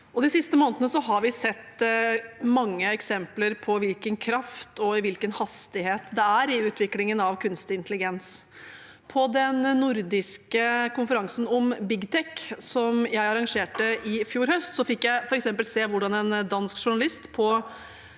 De siste månedene har vi sett mange eksempler på hvilken kraft og hvilken hastighet det er i utviklingen av kunstig intelligens. På den nordiske konferansen om bigtech, som jeg arrangerte i fjor høst, fikk jeg f.eks. se hvordan en dansk journalist på